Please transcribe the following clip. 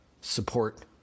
support